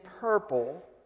purple